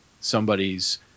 somebody's